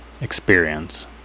Experience